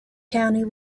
county